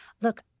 look